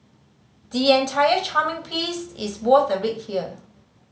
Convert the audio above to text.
the entire charming piece is worth a read here